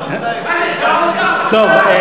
טוב,